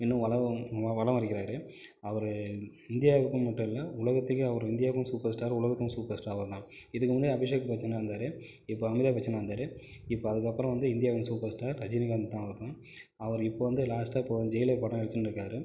இன்னும் வலவும் வலம் வருகிறார் அவர் இந்தியாவுக்கு மட்டும் இல்லை உலகத்துக்கு அவர் இந்தியாவுக்கும் சூப்பர் ஸ்டார் உலகத்துக்கும் சூப்பர் ஸ்டார் அவர் தான் இதுக்கு முன்னே அபிஷேக் பச்சனாக இருந்தார் இப்போது அமிதாப் பச்சனாக இருந்தார் இப்போது அதுக்கப்புறம் வந்து இந்தியாவின் சூப்பர் ஸ்டார் ரஜினிகாந்த் தான் ஆகும் அவர் இப்போது வந்து லாஸ்டாக இப்போது ஜெயிலர் படம் நடிச்சின்னு இருக்கார்